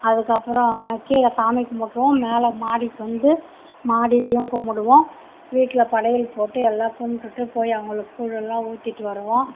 அதுக்கப்புறம் மெக் கீழே சாமி கும்பிட்ருவோம் மேல் மாடிக்கு வந்து மாடிலேயும் கும்பிடுவோம் வீட்டில் படையல் போட்டு எல்லா கும்பிட்டுட்டுப் போய் அவங்குளுக்கு கூழெல்லாம் ஊற்றிட்டு வருவோம்